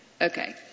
Okay